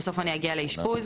ובסוף אני אגיע לאשפוז.